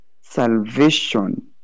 salvation